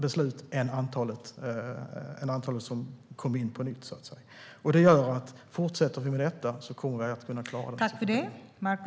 Besluten är många fler än antalet som kommer in. Fortsätter vi med detta kommer vi att kunna klara av situationen.